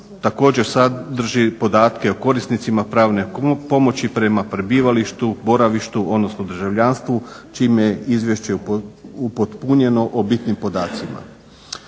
također sadrži podatke o korisnicima pravne pomoći prema prebivalištu, boravištu odnosno državljanstvu čime je izvješće upotpunjeno bitnim podacima.